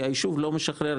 כי היישוב לא משחרר.